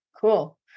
Cool